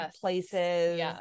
places